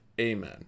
AMEN